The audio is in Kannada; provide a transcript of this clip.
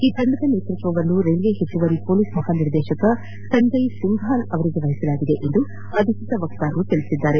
ಈ ತಂಡದ ನೇತೃತ್ವವನ್ನು ರೈಲ್ವೆ ಹೆಚ್ಚುವರಿ ಮೊಲೀಸ್ ಮಹಾನಿರ್ದೇಶಕ ಸಂಜಯ್ ಸಿಂಫಾಲ್ ವಹಿಸಿದ್ದಾರೆ ಎಂದು ಅಧಿಕೃತ ವಕ್ತಾರರು ತಿಳಿಸಿದ್ದಾರೆ